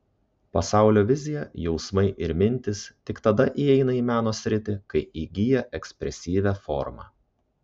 pasaulio vizija jausmai ir mintys tik tada įeina į meno sritį kai įgyja ekspresyvią formą